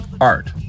art